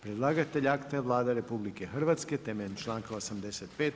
Predlagatelj akta je Vlada RH temeljem članka 85.